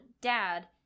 dad